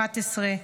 בת 11,